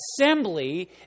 assembly